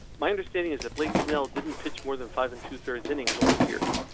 my understanding is that blake snell didn't pitch more than five and two three innings all year,